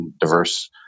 diverse